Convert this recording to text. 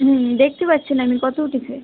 হুম দেখতে পাচ্ছি না আমি কত উঠেছে